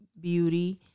beauty